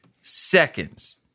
seconds